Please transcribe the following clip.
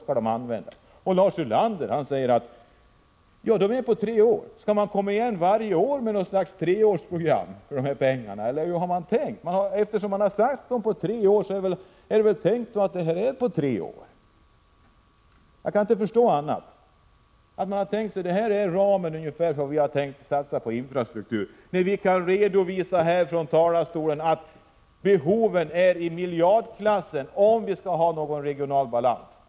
Lars Ulander säger ju att dessa 300 milj.kr. skall användas under tre år. Skall man komma igen varje år med något slags treårsprogram, eller hur har man tänkt? Eftersom dessa pengar skall användas under tre år, är det väl tänkt att det skall vara på detta sätt. Jag kan inte tänka mig annat än att det här är den ram som regeringen har tänkt att satsa på när det gäller infrastrukturen. Men från denna talarstol kan vi redovisa att behoven är i miljardklassen, om det skall bli någon regional balans.